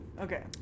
okay